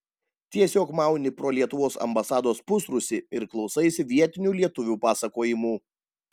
tiesiog mauni pro lietuvos ambasados pusrūsį ir klausaisi vietinių lietuvių pasakojimų